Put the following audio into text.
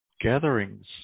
gatherings